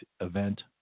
Event